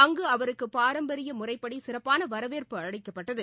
அங்கு அவருக்கு பாரம்பரிய முறைப்படி சிறப்பான வரவேற்பு அளிக்கப்பட்டது